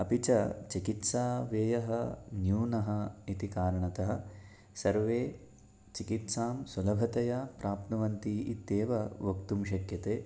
अपि च चिकित्सा व्ययः न्यूनः इति कारणतः सर्वे चिकित्सां सुलभतया प्राप्नुवन्ति इत्येव वक्तुं शक्यते